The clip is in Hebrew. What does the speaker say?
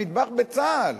המטבח בצה"ל